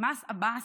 "מס עבאס"